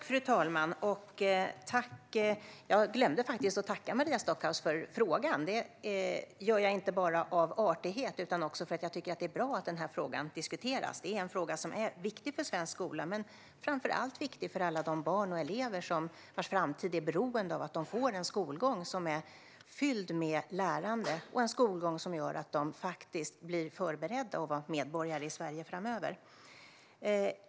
Fru talman! Jag glömde tacka Maria Stockhaus för frågan. Jag vill inte bara tacka av artighet utan också för att jag tycker att det är bra att frågan diskuteras. Den är viktig för svensk skola, och framför allt för alla de barn och elever vars framtid är beroende av att de får en skolgång som är fylld med lärande och som gör att de blir förberedda på att vara medborgare i Sverige framöver.